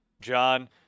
john